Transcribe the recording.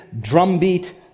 drumbeat